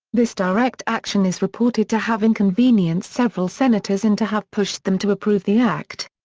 this direct action is reported to have inconvenienced several senators and to have pushed them to approve the act.